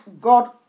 God